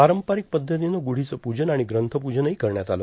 पारंपारक पद्धतीनं ग्रढांचं पूजन आर्गण ग्रंथपूजनहो करण्यात आलं